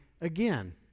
again